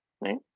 right